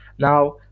Now